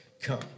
come